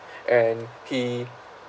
and he